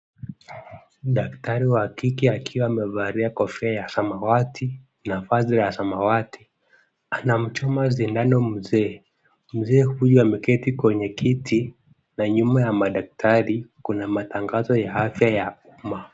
Daktari wa kike akiwa amevalia kofia ya samawati na vazi la samawati, anamchuma sindano mzee. Mzee huyu ameketi kwenye kiti, na nyuma ya madaktari kuna matangazo ya afya ya uma.